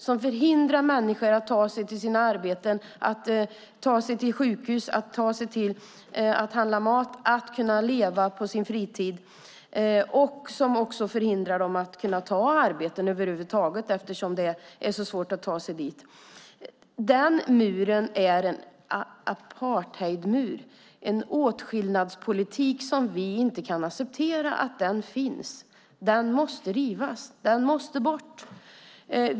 Den förhindrar människor att ta sig till sina arbeten, att ta sig till sjukhus, att handla mat och att leva på sin fritid. Den förhindrar dem också att över huvud taget kunna ta arbeten eftersom det är så svårt att ta sig till dem. Det är en apartheidmur. Det är en åtskillnadspolitik som vi inte kan acceptera. Muren måste rivas. Den måste bort.